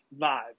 vibe